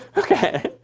ok.